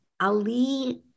Ali